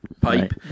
pipe